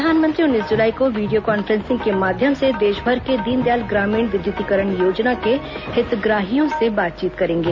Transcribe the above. प्रधानमंत्री उन्नीस जुलाई को वीडियो कॉन्फ्रेंसिंग के माध्यम से देशभर के दीनदयाल ग्रामीण विद्युतीकरण योजना के हितग्राहियों से बातचीत करेंगे